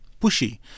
pushy